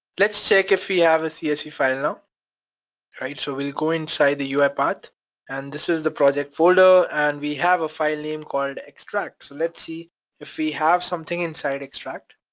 let's check if we have a csv file now. alright, so we'll go inside the uipath and this is the project folder and we have a file name called extract so let's see if we have something inside extract.